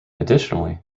additionally